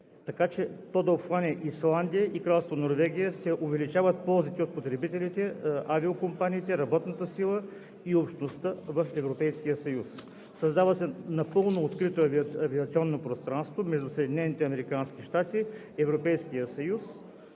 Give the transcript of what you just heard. така че то да обхване Исландия и Кралство Норвегия, се увеличават ползите за потребителите, авиокомпаниите, работната сила и общностите в Европейския съюз. Създава се едно напълно открито авиационно пространство между Съединените